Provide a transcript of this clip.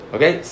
Okay